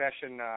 session